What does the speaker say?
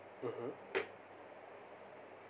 (uh huh)